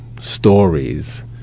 stories